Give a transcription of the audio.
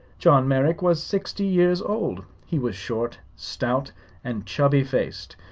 john merrick was sixty years old. he was short, stout and chubby-faced,